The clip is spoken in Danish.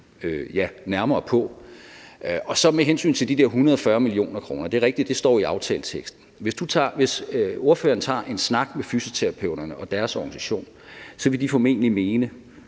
nærmere på. Og med hensyn til de 140 mio. kr. er det rigtigt, at det står i aftaleteksten. Hvis ordføreren tager en snak med fysioterapeuterne og deres organisation, er jeg ret sikker